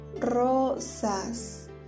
Rosas